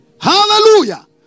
Hallelujah